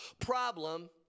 Problem